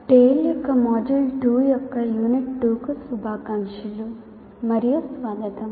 TALE యొక్క module 2 యొక్క unit 2 కు శుభాకాంక్షలు మరియు స్వాగతం